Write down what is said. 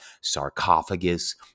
sarcophagus